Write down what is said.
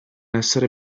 essere